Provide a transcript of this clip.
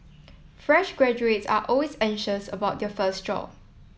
fresh graduates are always anxious about their first job